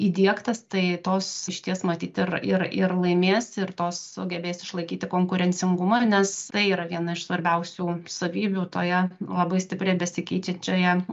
įdiegtas tai tos išties matyt ir ir ir laimės ir tos sugebės išlaikyti konkurencingumą nes tai yra viena iš svarbiausių savybių toje labai stipriai besikeičiančioje